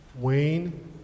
Wayne